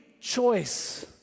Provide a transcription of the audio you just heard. choice